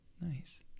nice